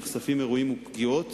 נחשפים אירועים ופגיעות